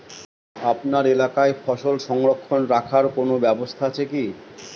আপনার এলাকায় ফসল সংরক্ষণ রাখার কোন ব্যাবস্থা আছে কি?